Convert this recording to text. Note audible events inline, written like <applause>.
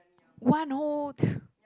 one whole <noise>